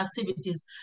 activities